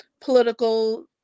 political